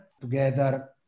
together